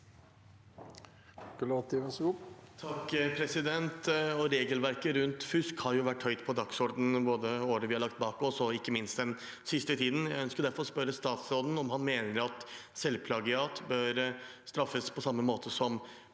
Regelverket rundt fusk har vært høyt på dagsordenen både i det året vi har lagt bak oss, og ikke minst i den siste tiden. Jeg ønsker derfor å spørre statsråden om han mener at selvplagiat bør straffes på samme måte som